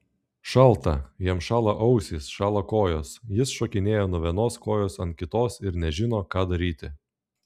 šalta jam šąla ausys šąla kojos jis šokinėja nuo vienos kojos ant kitos ir nežino ką daryti